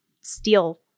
steal